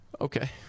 Okay